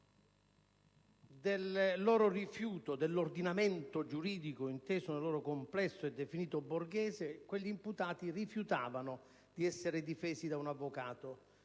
del loro rifiuto dell'ordinamento giuridico inteso nel suo complesso e definito borghese, quegli imputati rifiutavano di essere difesi da un avvocato,